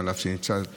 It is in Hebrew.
אף שהיא נפצעה.